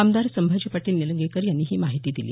आमदार संभाजी पाटील निलंगेकर यांनी ही माहिती दिली